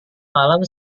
malam